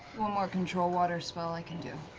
one more control water spell i can do.